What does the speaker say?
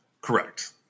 Correct